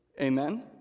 Amen